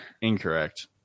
Incorrect